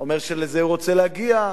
הוא אומר שלזה הוא רוצה להגיע.